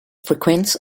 frequents